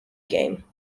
game